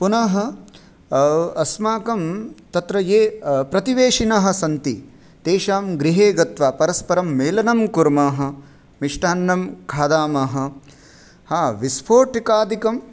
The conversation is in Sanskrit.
पुनः अस्माकं तत्र ये प्रतिवेशिनः सन्ति तेषां गृहे गत्वा परस्परं मेलनं कुर्मः मिष्टान्नं खादामः हा विस्फोटिकादिकं